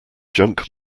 junk